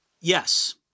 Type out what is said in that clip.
yes